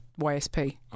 YSP